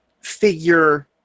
figure